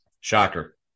Shocker